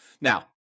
Now